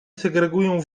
segreguję